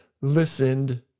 listened